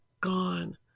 gone